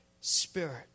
Spirit